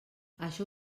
això